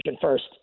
first